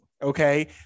Okay